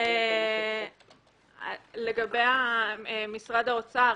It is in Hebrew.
לגבי משרד האוצר,